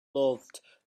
loved